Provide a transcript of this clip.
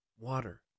water